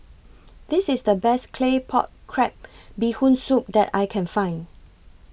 This IS The Best Claypot Crab Bee Hoon Soup that I Can Find